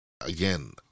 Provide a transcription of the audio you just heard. again